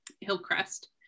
Hillcrest